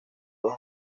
dos